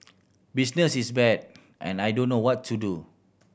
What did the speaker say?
business is bad and I don't know what to do